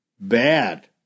bad